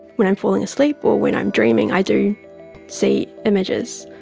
when i'm falling asleep or when i'm dreaming i do see images,